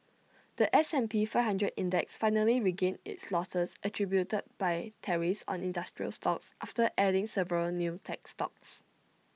The S and P five hundred index finally regained its losses attributed by tariffs on industrial stocks after adding several new tech stocks